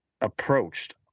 Approached